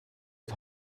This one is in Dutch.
het